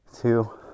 two